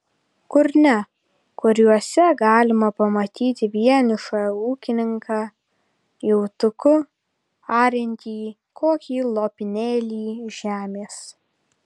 kur ne kur juose galima pamatyti vienišą ūkininką jautuku ariantį kokį lopinėlį žemės